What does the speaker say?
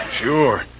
Sure